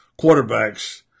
quarterbacks